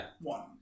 one